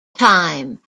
time